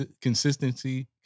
consistency